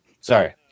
Sorry